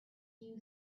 few